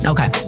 Okay